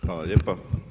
Hvala lijepa.